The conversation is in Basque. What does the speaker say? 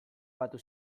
batu